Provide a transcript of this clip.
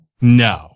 No